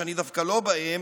שאני דווקא לא בהם,